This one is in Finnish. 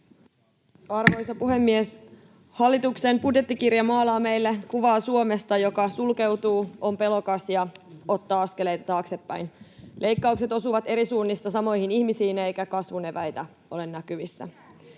Arvoisa puhemies! Hallituksen budjettikirja maalaa meille kuvaa Suomesta, joka sulkeutuu, on pelokas ja ottaa askeleita taaksepäin. Leikkaukset osuvat eri suunnista samoihin ihmisiin, eikä kasvun eväitä ole näkyvissä.